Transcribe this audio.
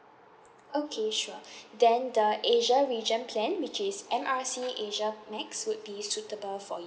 okay sure then the asia region plan which is M R C asia max would be suitable for you